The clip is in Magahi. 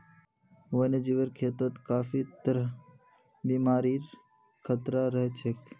वन्यजीवेर खेतत काफी तरहर बीमारिर खतरा रह छेक